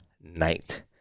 night